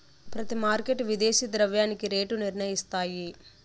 ప్రతి మార్కెట్ విదేశీ ద్రవ్యానికి రేటు నిర్ణయిస్తాయి